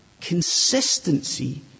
consistency